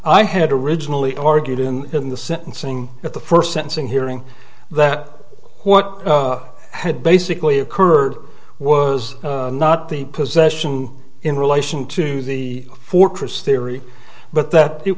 i had originally argued in in the sentencing at the first sentencing hearing that what had basically occurred was not the possession in relation to the fortress theory but that it